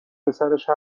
پسرش